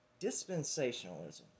dispensationalism